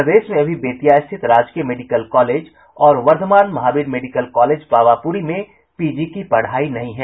प्रदेश में अभी बेतिया स्थित राजकीय मेडिकल कॉलेज और वर्द्वमान महावीर मेडिकल कॉलेज पावापुरी में पीजी की पढ़ाई नहीं है